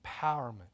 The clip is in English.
empowerment